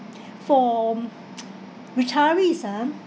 for which ever reason